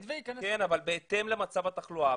כן, אבל בהתאם למצב התחלואה.